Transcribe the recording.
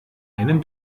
einem